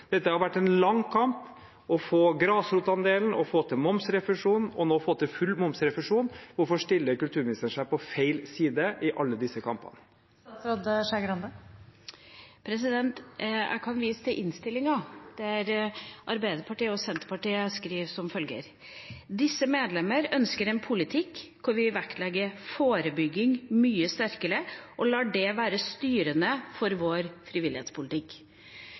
Dette har vært en lang kamp – å få til grasrotandelen, å få til momsrefusjonen og nå å få til full momsrefusjon. Hvorfor stiller kulturministeren seg på feil side i alle disse kampene? Jeg kan vise til innstillinga, der Arbeiderpartiet og Senterpartiet skriver: «Disse medlemmer ønsker en politikk hvor vi vektlegger forebygging mye sterkere, og lar det også være styrende for vår frivillighetspolitikk.»